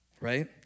Right